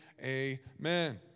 amen